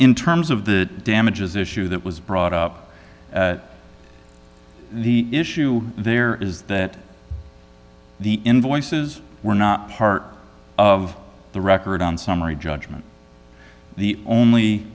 in terms of the damages issue that was brought up the issue there is that the invoices were not part of the record on summary judgment